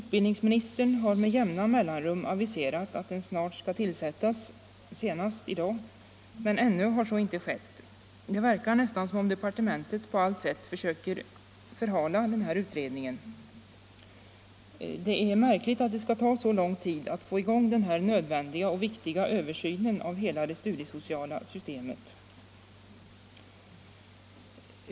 Utbildningsministern har med jämna mellanrum — senast i dag m.m. — aviserat att den snart skall tillsättas, men ännu har så inte skett. Det verkar nästan som om departementet på allt sätt försöker förhala den här utredningen. Det är märkligt att det skall ta så lång tid att få i gång denna nödvändiga och viktiga översyn av hela det studiesociala systemet.